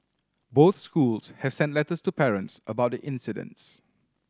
both schools have sent letters to parents about the incidents